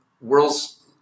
world's